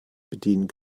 bedienen